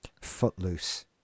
Footloose